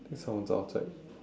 think someone's outside